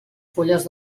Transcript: fulles